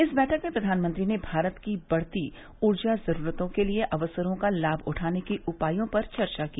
इस बैठक में प्रधानमंत्री ने भारत की बढ़ती ऊर्जा जरूरतों के लिए अवसरों का लाभ उठाने के उपायों पर चर्चा की